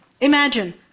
Imagine